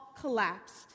Collapsed